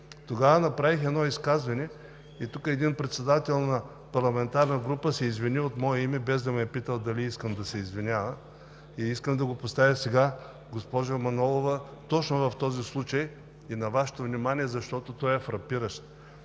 Тогава направих изказване и един председател на парламентарна група се извини от мое име, без да ме е питал дали искам да се извинявам. Искам да поставя сега, госпожо Манолова, точно този случай на Вашето внимание, защото той е фрапиращ.